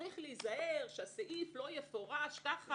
צריך להיזהר שהסעיף לא יפורש ככה,